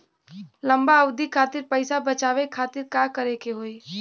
लंबा अवधि खातिर पैसा बचावे खातिर का करे के होयी?